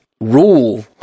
rule